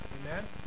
amen